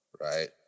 right